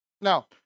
Now